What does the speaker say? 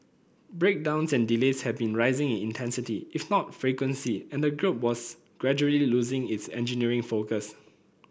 breakdowns and delays had been rising in intensity if not frequency and the group was gradually losing its engineering focus